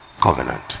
covenant